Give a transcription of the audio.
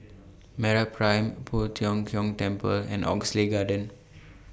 Meraprime Poh Tiong Kiong Temple and Oxley Garden